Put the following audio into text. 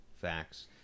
facts